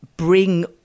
Bring